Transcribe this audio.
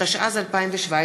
התשע"ז 2017,